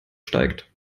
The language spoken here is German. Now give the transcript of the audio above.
steigt